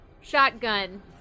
shotgun